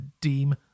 deem